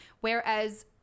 Whereas